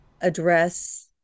address